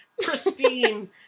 pristine